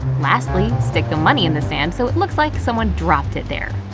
lastly, stick the money in the sand so it looks like someone dropped it there.